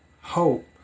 hope